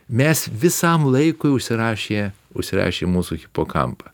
mes visam laikui užsirašė užsirašė mūsų hipokampą